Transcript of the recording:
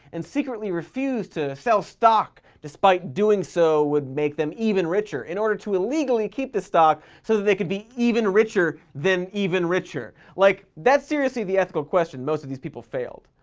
and secretly refused to sell stock despite doing so would make them even richer in order to illegally keep the stock so that they could be even richer than even richer. like, that's seriously the ethical question most of these people failed.